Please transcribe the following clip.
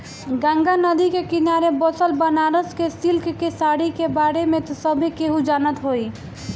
गंगा नदी के किनारे बसल बनारस के सिल्क के साड़ी के बारे में त सभे केहू जानत होई